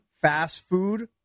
fast-food